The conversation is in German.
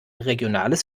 regionales